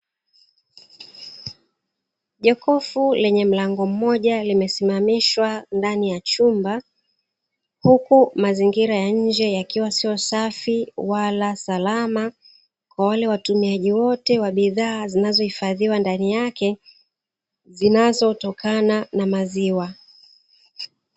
Jokofu lenye mlango mmoja limesimamishwa ndani ya chumba, huku mazingira ya nje yakiwa sio safi wala salama kwa wale watumiaji wote wa bidhaa zinazohifadhiwa ndani yake zinazotokana na maziwa.